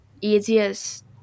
easiest